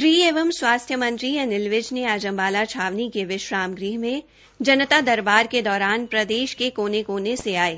गृह शहरी स्थानीय निकाय एवं स्वास्थ्य मंत्री अनिल विज ने आज अम्बाला छावनी के विश्राम गृह में जनता दरबार के दौरान प्रदेश के कोने कोने से आए